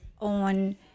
on